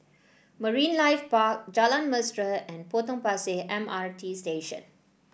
Marine Life Park Jalan Mesra and Potong Pasir M R T Station